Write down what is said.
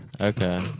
Okay